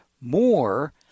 more